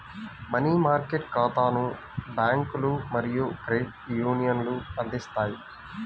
money market ఖాతాలను బ్యాంకులు మరియు క్రెడిట్ యూనియన్లు అందిస్తాయి